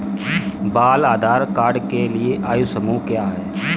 बाल आधार कार्ड के लिए आयु समूह क्या है?